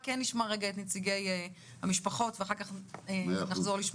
נשמע נציגים של משפחות מירון.